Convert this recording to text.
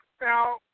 Now